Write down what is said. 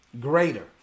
greater